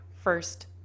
first